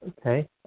Okay